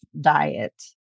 diet